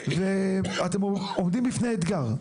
ואתם עומדים בפני אתגר.